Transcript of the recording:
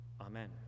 Amen